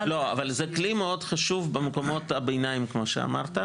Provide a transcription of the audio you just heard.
--- אבל זה כלי מאוד חשוב במקומות הביניים כמו שאמרת,